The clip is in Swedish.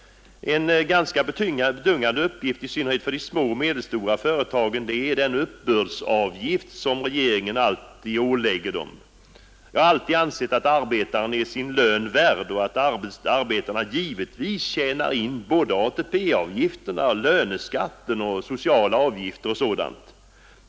En ganska betungande uppgift, i synnerhet för de små och medelstora företagen, är den uppbördsuppgift som regeringen alltmer ålägger dem. Jag har alltid ansett att arbetaren är sin lön värd och att arbetarna givetvis tjänar in både ATP-avgifterna, löneskatten och sociala avgifter o. d.